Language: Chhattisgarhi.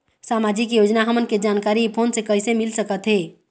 सामाजिक योजना हमन के जानकारी फोन से कइसे मिल सकत हे?